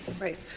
right